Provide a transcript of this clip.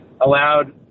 allowed